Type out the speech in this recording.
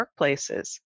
workplaces